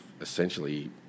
essentially